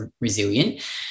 resilient